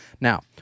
now